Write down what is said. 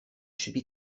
should